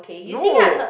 no